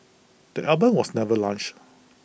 the album was never launched